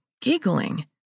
giggling